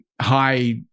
high